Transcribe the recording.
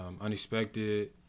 Unexpected